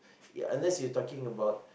ya unless you talking about